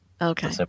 Okay